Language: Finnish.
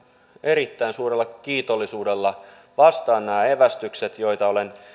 erittäin suurella kiitollisuudella vastaan nämä evästykset joita olen